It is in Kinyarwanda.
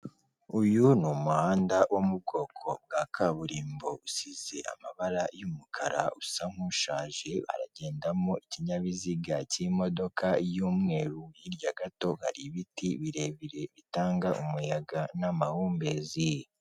Uyu ni umuhanda wo mu bwoko bwa kaburimbo, usize amabara y'umukara usa nk'ushaje, haragendamo ikinyabiziga cy'imodoka y'umweru, hirya gato hari ibiti birebire bitanga umuyaga n'amahumbezi.